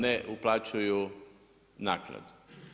Ne uplaćuju naknadu.